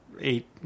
eight